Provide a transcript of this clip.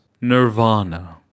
nirvana